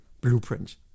blueprint